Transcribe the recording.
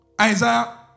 Isaiah